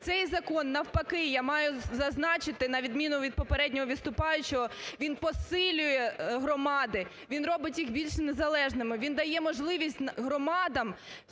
Це закон, навпаки, я маю зазначити на відміну від попереднього виступаючого, він посилює громади. Він робить їх більш незалежними. Він дає можливість громадам